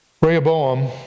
Rehoboam